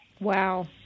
Wow